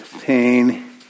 pain